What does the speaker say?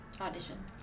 audition